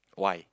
why